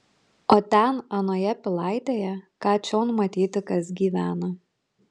o ten anoje pilaitėje ką čion matyti kas gyvena